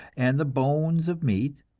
and the bones of meat,